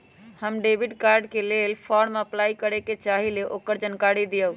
हम debit card के लेल फॉर्म अपलाई करे के चाहीं ल ओकर जानकारी दीउ?